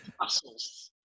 muscles